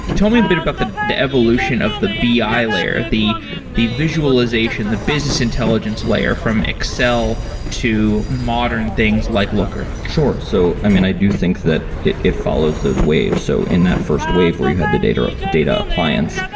tell me a bit about the the evolution of the bi layer, the the visualization, the business intelligence layer from excel to modern things like looker sure. so i mean, i do think that it it follows those waves. so in that first wave where you had the data data appliance,